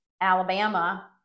Alabama